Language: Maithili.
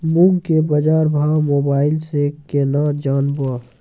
मूंग के बाजार भाव मोबाइल से के ना जान ब?